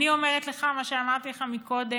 אני אומרת לך מה שאמרתי לך מקודם